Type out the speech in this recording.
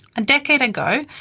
a decade ago,